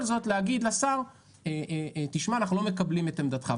זאת להגיד לשר: אנחנו לא מקבלים את עמדתך.